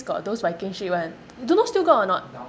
got those viking ship [one] don't know still got or not